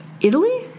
Italy